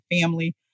family